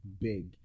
big